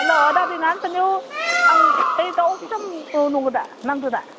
hello दादैना नोंसोरनियाव आं ओइ दाउ फार्म दङ दा नांगौ दा